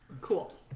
Cool